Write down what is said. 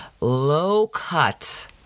low-cut